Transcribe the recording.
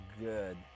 good